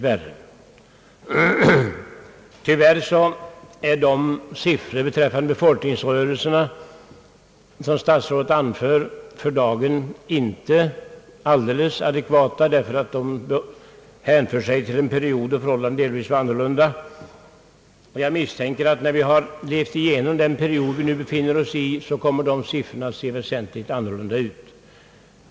Tyvärr är de av statsrådet anförda siffrorna beträffande befolkningsrörelserna för dagen inte alldeles adekvata, ty de hänför sig till en period då förhållandena var delvis an norlunda. Jag misstänker att dessa siffror, när vi har genomlevt den period som vi nu befinner oss i, kommer ait se väsentligt annorlunda ut.